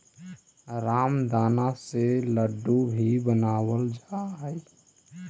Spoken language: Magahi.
रामदाना से लड्डू भी बनावल जा हइ